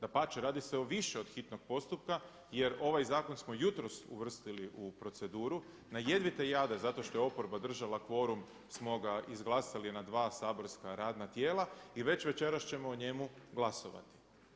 Dapače, radi se o više od hitnog postupka jer ovaj zakon smo jutros uvrstili u proceduru na jedvite jade zato što je oporba držala kvorum smo ga izglasali na dva saborska radna tijela, i već večeras ćemo o njemu glasovati.